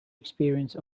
experience